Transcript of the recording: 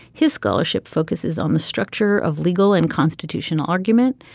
his scholarship focuses on the structure of legal and constitutional argument.